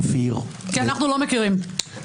שפיר --- כי אנחנו לא מכירים.